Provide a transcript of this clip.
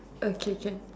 okay can